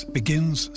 begins